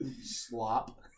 slop